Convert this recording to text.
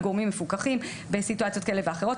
גורמים מפוקחים בסיטואציות כאלה ואחרות.